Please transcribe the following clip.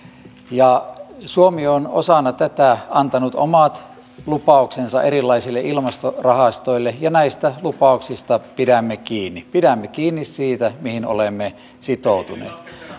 suomi on osana tätä antanut omat lupauksensa erilaisille ilmastorahastoille ja näistä lupauksista pidämme kiinni pidämme kiinni siitä mihin olemme sitoutuneet